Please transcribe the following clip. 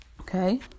okay